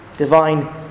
divine